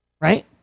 right